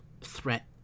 threat